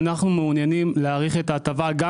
אנחנו מעוניינים להאריך את ההטבה גם